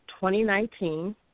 2019